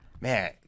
man